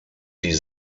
die